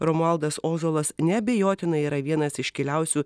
romualdas ozolas neabejotinai yra vienas iškiliausių